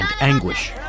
anguish